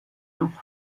noch